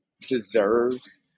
deserves